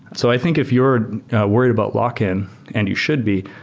so i think if you're worried about lock-in and you should be,